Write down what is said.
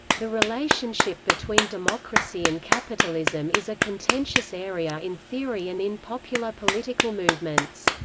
the relationship between democracy and capitalism is a contentious area in theory and in popular political movements.